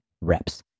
reps